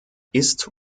ist